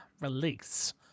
release